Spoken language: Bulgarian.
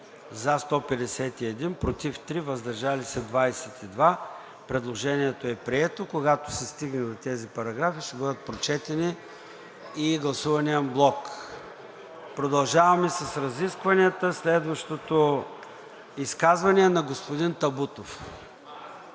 за 151, против 3, въздържали се 22. Предложението е прието. Когато се стигне до тези параграфи, ще бъдат прочетени и гласувани анблок. Продължаваме с разискванията. Следващото изказване е на господин Табутов.